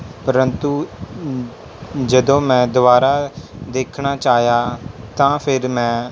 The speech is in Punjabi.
ਪਰੰਤੂ ਜਦੋਂ ਮੈਂ ਦੁਬਾਰਾ ਦੇਖਣਾ ਚਾਹਿਆ ਤਾਂ ਫਿਰ ਮੈਂ